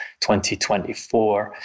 2024